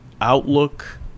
outlook